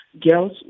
girls